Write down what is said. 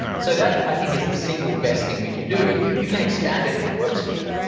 so that, i think, is the single best thing we can do. and you you can expand it if it works for you.